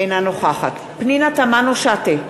אינה נוכחת פנינה תמנו-שטה,